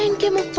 and give me